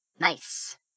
nice